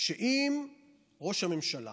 שאם ראש הממשלה